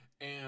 And-